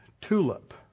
TULIP